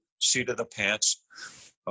seat-of-the-pants